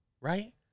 right